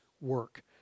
work